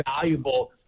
valuable